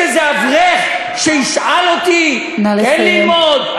יש איזה אברך שישאל אותי: כן ללמוד?